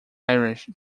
irish